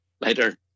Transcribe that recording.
Later